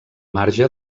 marge